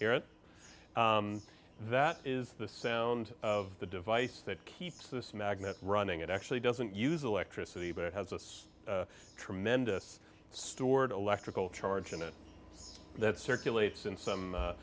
is us that is the sound of the device that keeps this magnet running it actually doesn't use electricity but it has a so tremendous stored electrical charge in it that circulates in some